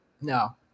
No